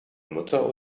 mutter